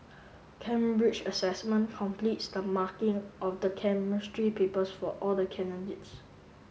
Cambridge Assessment completes the marking of the Chemistry papers for all the candidates